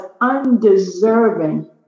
undeserving